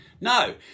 No